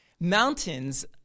Mountains